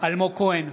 אלמוג כהן,